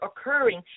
occurring